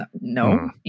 no